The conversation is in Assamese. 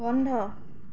বন্ধ